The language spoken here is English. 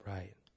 Right